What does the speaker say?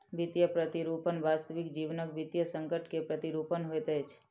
वित्तीय प्रतिरूपण वास्तविक जीवनक वित्तीय संकट के प्रतिरूपण होइत अछि